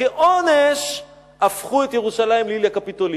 כעונש הפכו את ירושלים לאיליה קפיטולינה.